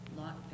Lot